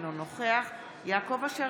אינו נוכח יעקב אשר,